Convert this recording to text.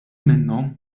minnhom